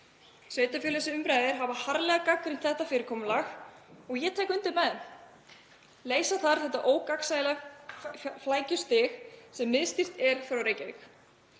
Sveitarfélög sem um ræðir hafa harðlega gagnrýnt þetta fyrirkomulag og ég tek undir með þeim. Leysa þarf þetta ógagnsæja flækjustig sem miðstýrt er frá Reykjavík,